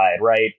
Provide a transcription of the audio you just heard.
right